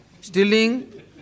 stealing